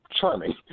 Charming